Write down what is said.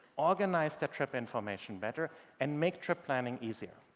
orrganize the trip information better and make trip planning easier.